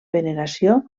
veneració